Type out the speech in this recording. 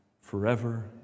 forever